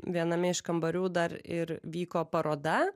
viename iš kambarių dar ir vyko paroda